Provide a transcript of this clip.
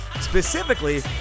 Specifically